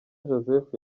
joseph